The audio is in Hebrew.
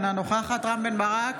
אינה נוכחת רם בן ברק,